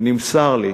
נמסר לי